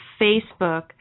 Facebook